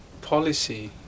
policy